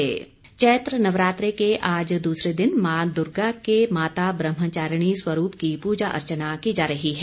नवरात्रे चैत्र नवरात्रे के आज दूसरे दिन मां दुर्गा के माता ब्रहाम्वारिणी की पूजा अर्चना की जा रही है